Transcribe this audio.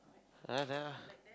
ah da